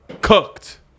Cooked